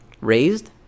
raised